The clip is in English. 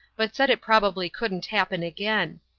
but said it probably couldn't happen again.